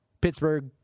Pittsburgh